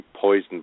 poisoned